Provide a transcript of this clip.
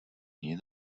near